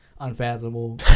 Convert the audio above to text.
unfathomable